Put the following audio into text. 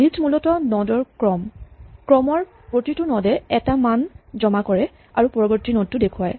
list মূলতঃ node ৰ ক্ৰম ক্ৰমৰ প্ৰতিটো নড এ এটা মান জমা কৰে আৰু পৰৱৰ্তী নডটো দেখুৱায়